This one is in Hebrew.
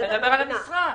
אני מדבר על המשרד.